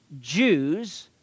Jews